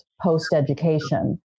post-education